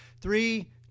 Three